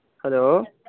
hello